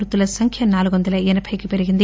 మృతుల సంఖ్య నాలుగు వందల ఎనబై కి పెరిగింది